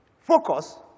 focus